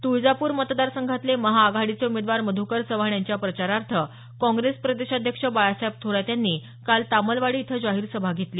तुळजापूर मतदारसंघातले महाआघाडीचे उमेदवार मध्रकर चव्हाण यांच्या प्रचारार्थ काँग्रेस प्रदेशाध्यक्ष बाळासाहेब थोरात यांनी काल तामलवाडी इथं जाहीर सभा घेतली